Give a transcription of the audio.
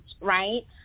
right